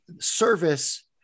service